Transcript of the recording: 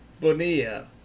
Bonilla